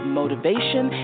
motivation